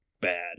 bad